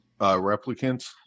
Replicants